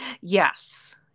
Yes